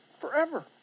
forever